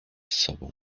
sobą